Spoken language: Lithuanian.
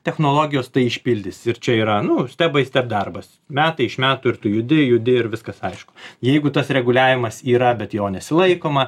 technologijos tai išpildys ir čia yra nu steb bai steb darbas metai iš metų ir tu judi judi ir viskas aišku jeigu tas reguliavimas yra bet jo nesilaikoma